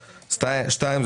שתיים,